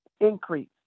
increase